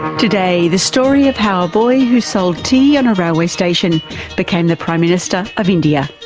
today the story of how a boy who sold tea on a railway station became the prime minister of india.